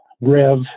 Rev